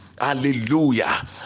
hallelujah